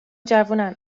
جوونن